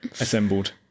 assembled